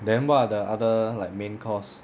then what are the other like main course